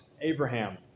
Abraham